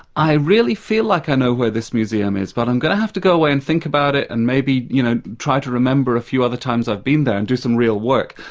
i really feel like i know where this museum is, but i'm going to have to go away and think about it, and maybe you know try to remember a few other times i've been there and do some real work.